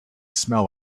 smell